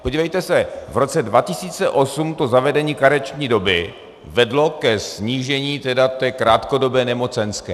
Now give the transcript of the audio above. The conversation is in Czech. Podívejte se, v roce 2008 zavedení karenční doby vedlo ke snížení krátkodobé nemocenské.